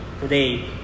today